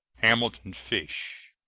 hamilton fish.